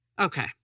Okay